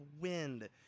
wind